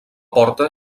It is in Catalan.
porta